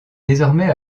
désormais